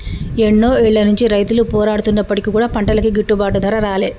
ఎన్నో ఏళ్ల నుంచి రైతులు పోరాడుతున్నప్పటికీ కూడా పంటలకి గిట్టుబాటు ధర రాలే